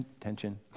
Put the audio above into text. tension